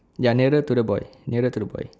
ya nearer to the boy nearer to the boy